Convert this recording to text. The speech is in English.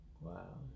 Wow